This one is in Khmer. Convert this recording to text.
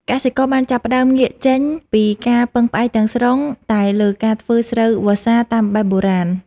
កសិករបានចាប់ផ្ដើមងាកចេញពីការពឹងផ្អែកទាំងស្រុងតែលើការធ្វើស្រូវវស្សាតាមបែបបុរាណ។